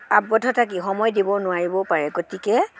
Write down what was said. আৱদ্ধ থাকি সময় দিব নোৱাৰিবও পাৰে গতিকে